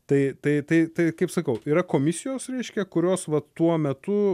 tai tai tai tai kaip sakau yra komisijos reiškia kurios va tuo metu